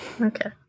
Okay